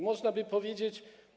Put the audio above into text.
Można by powiedzieć.